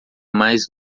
mais